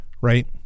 Right